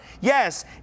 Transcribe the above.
Yes